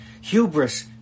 Hubris